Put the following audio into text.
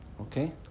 Okay